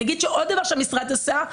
נגיד שעוד דבר שהמשרד עשה,